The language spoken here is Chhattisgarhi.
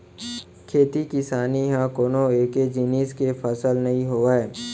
खेती किसानी ह कोनो एके जिनिस के फसल नइ होवय